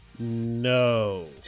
No